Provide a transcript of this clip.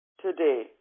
today